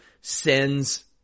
sends